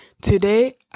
Today